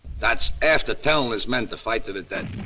that's after telling his men to fight to the death.